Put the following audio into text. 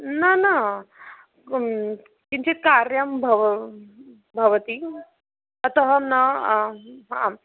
न न किञ्चित् कार्यं भवति भवति अतः न आम् आं